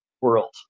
world